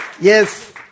Yes